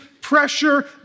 pressure